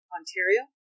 Ontario